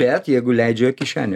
bet jeigu leidžia kišenė